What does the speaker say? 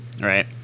Right